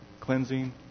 cleansing